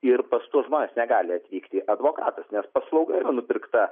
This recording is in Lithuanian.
ir pas tuos žmones negali atvykti advokatas nes paslauga ir nupirkta